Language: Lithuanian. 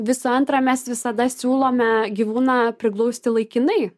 visų antra mes visada siūlome gyvūną priglausti laikinai